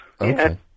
okay